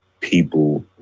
people